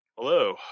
Hello